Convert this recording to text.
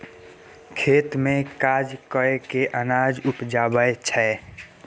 खेत मे काज कय केँ अनाज उपजाबै छै